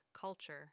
Culture